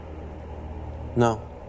No